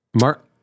Mark